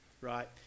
Right